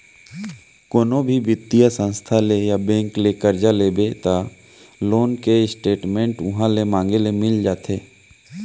कोनो भी बित्तीय संस्था ले या बेंक ले करजा लेबे त लोन के स्टेट मेंट उहॉं ले मांगे ले मिल जाथे